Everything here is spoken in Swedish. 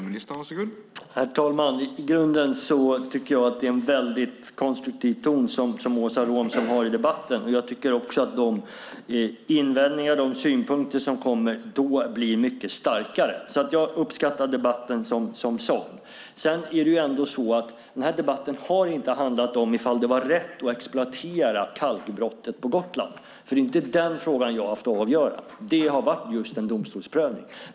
Herr talman! Jag tycker att det i grunden är en väldigt konstruktiv ton som Åsa Romson har i debatten. Jag tycker också att de invändningar och synpunkter som kommer då blir mycket starkare. Jag uppskattar alltså debatten som sådan. Sedan är det ändå så att den här debatten inte har handlat om huruvida det var rätt att exploatera kalkbrottet på Gotland. Det är inte den frågan jag haft att avgöra, utan det har varit just en domstolsprövning.